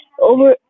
Over